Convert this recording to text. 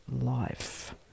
life